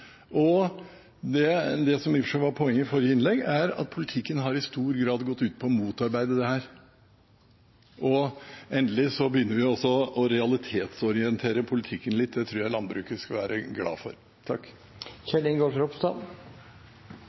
som i og for seg var poenget i forrige innlegg, var at politikken i stor grad har gått ut på å motarbeide dette. Endelig begynner vi å realitetsorientere politikken litt, og det tror jeg landbruket skal være glad for.